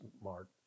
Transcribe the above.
smart